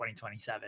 2027